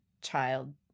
child